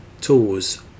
tools